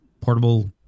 portable